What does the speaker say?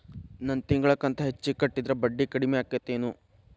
ನನ್ ತಿಂಗಳ ಕಂತ ಹೆಚ್ಚಿಗೆ ಕಟ್ಟಿದ್ರ ಬಡ್ಡಿ ಕಡಿಮಿ ಆಕ್ಕೆತೇನು?